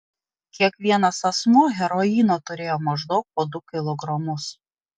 kiekvienas asmuo heroino turėjo maždaug po du kilogramus